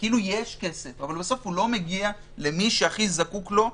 יש כסף, אבל בסוף הוא לא מגיע למי שהכי זקוק לו.